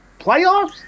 playoffs